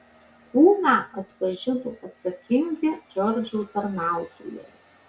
kūną atpažino atsakingi džordžo tarnautojai